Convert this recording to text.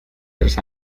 tres